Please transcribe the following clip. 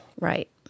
Right